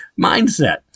mindset